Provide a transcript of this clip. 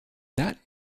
that